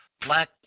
black